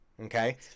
Okay